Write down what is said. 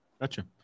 Gotcha